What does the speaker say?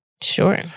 Sure